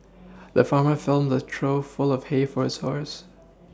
the farmer filled a trough full of hay for his horse